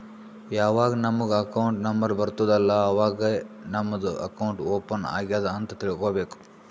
ಯಾವಾಗ್ ನಮುಗ್ account number ಬರ್ತುದ್ ಅಲ್ಲಾ ಅವಾಗೇ ನಮ್ದು ಅಕೌಂಟ್ ಓಪನ್ ಆಗ್ಯಾದ್ ಅಂತ್ ತಿಳ್ಕೋಬೇಕು